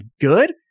good